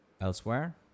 elsewhere